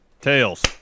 Tails